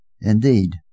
Indeed